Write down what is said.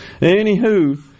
anywho